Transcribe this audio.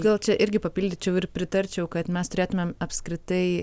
gal čia irgi papildyčiau ir pritarčiau kad mes turėtumėm apskritai